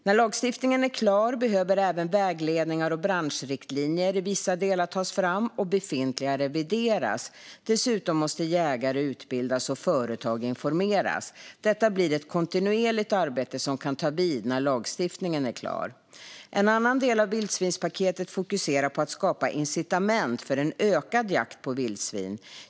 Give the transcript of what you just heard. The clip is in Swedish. När lagstiftningen är klar behöver även vägledningar och branschriktlinjer i vissa delar tas fram och befintliga revideras. Dessutom måste jägare utbildas och företag informeras. Detta blir ett kontinuerligt arbete som kan ta vid när lagstiftningen är klar. En annan del av vildsvinspaketet fokuserar på att skapa incitament för en ökad jakt på vildsvin.